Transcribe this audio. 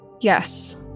Yes